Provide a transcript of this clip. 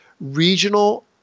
regional